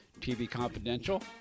tvconfidential